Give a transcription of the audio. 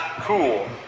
cool